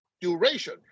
duration